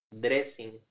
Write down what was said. dressing